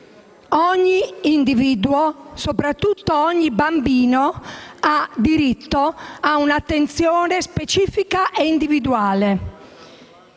Ogni individuo, soprattutto ogni bambino, ha diritto a un'attenzione specifica e individuale.